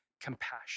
compassion